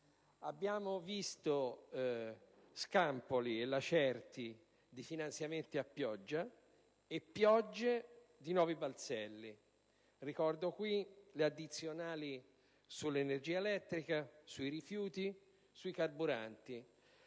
Abbiamo visto scampoli e lacerti di finanziamenti a pioggia e piogge di nuovi balzelli. Ricordo le addizionali sull'energia elettrica, sui rifiuti, sui carburanti,